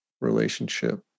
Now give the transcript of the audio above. relationship